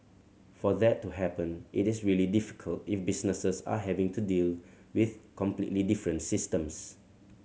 for that to happen it is really difficult if businesses are having to deal with completely different systems